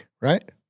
right